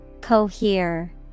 cohere